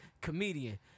comedian